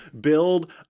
build